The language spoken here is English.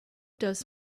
does